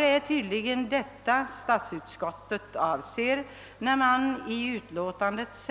Det är tydligen också den saken som statsutskottets ledamöter har haft i tankarna när man skrivit i utlåtandet: